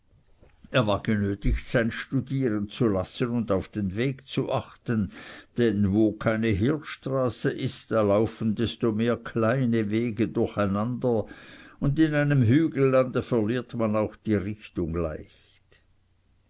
er war genötigt sein studieren zu lassen und auf den weg zu achten denn wo keine heerstraße ist da laufen desto mehr kleine wege durcheinander und in einem hügellande verliert man auch die richtung leicht